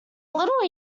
little